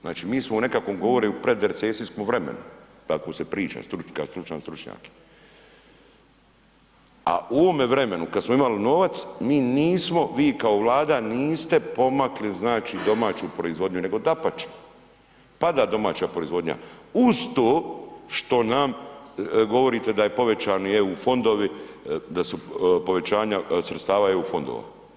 Znači, mi smo u nekakvom govore predrecesijskom vremenu, tako se priča, … [[Govornik se ne razumije]] stručnjak, a u ovome vremenu kad smo imali novac, mi nismo, vi kao Vlada niste pomakli znači domaću proizvodnju, nego dapače pada domaća proizvodnja, uz to što nam, govorite da je povećani EU fondovi, da su povećanja sredstava EU fondova.